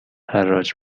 حراج